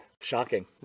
Shocking